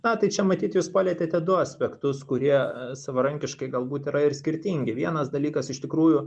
na tai čia matyt jūs palietėte du aspektus kurie savarankiškai galbūt yra ir skirtingi vienas dalykas iš tikrųjų